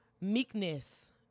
meekness